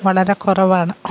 വളര കുറവാണ്